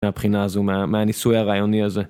מהבחינה הזו, מהניסוי הרעיוני הזה.